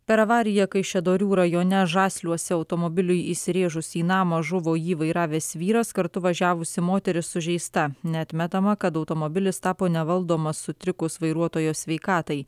per avariją kaišiadorių rajone žasliuose automobiliui įsirėžus į namą žuvo jį vairavęs vyras kartu važiavusi moteris sužeista neatmetama kad automobilis tapo nevaldomas sutrikus vairuotojo sveikatai